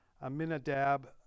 Aminadab